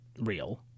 real